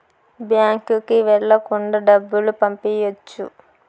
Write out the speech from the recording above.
బ్యాంకుకి వెళ్ళకుండా డబ్బులు పంపియ్యొచ్చు